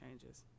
changes